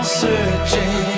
searching